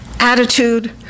attitude